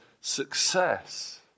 Success